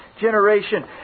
generation